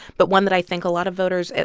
but one that i think a lot of voters,